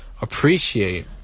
appreciate